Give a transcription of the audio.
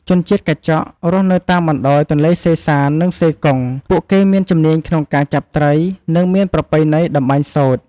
ជនជាតិកាចក់ រស់នៅតាមបណ្ដោយទន្លេសេសាន្ត និងសេកុង ពួកគេមានជំនាញក្នុងការចាប់ត្រី និងមានប្រពៃណីតម្បាញសូត្រ។